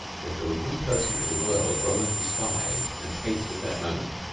if there was one person in the world roland despised and hated at that moment,